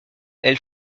elle